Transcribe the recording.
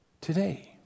today